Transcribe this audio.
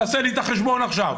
תעשה לי את החשבון עכשיו.